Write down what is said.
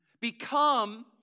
become